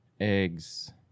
Egg's